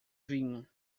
vinho